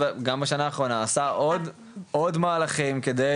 גם מה שאנחנו נעשה עוד מהלכים כדי